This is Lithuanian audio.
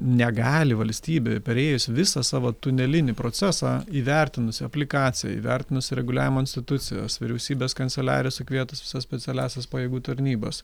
negali valstybė perėjus visą savo tunelinį procesą įvertinusi aplikaciją įvertinusi reguliavimo institucijas vyriausybės kanceliarija sukvietus visas specialiąsias pajėgų tarnybas